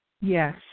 Yes